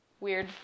weird